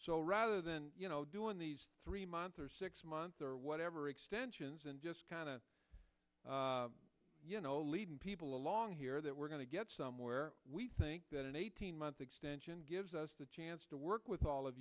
so rather than you know doing these three months or six months or whatever extensions and just kind of you know leading people along here that we're going to get somewhere we think that an eighteen month extension gives us the chance to work with all of